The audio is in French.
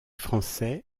français